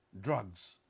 drugs